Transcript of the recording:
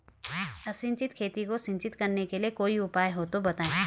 असिंचित खेती को सिंचित करने के लिए कोई उपाय हो तो बताएं?